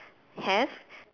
have